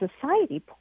society